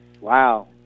wow